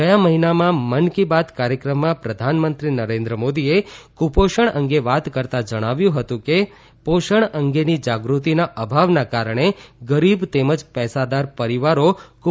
ગયા મહિનામાં મન કી બાત કાર્યક્રમમાં પ્રધાનમંત્રી નરેન્દ્ર મોદીએ કુપોષણ અંગે વાત કરતા જણાવ્યું હતું કે પોષણ અંગેની જાગૃતિના અભાવના કારણે ગરીબ તેમજ પૈસાદાર પરિવારો કપોષણનો ભોગ બની રહ્યા છે